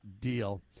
deal